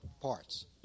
parts